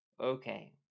Okay